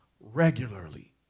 regularly